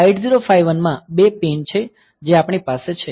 આ 8051 માં બે પિન છે જે આપણી પાસે છે